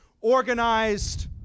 Organized